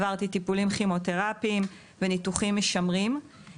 עברתי טיפולים כימותרפיים וניתוחים משמרים,